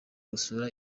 gusura